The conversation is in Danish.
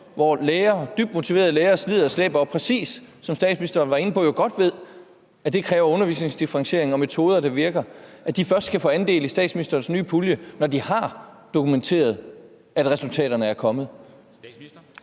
skoler, hvor de slider og slæber, godt ved, som statsministeren var inde på, at det kræver undervisningsdifferentiering og metoder, der virker, men at de først kan få andel i statsministerens nye pulje, når de har dokumenteret, at resultaterne er kommet?